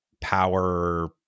power